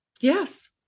Yes